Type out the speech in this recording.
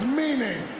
meaning